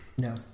No